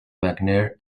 mcnair